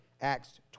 Acts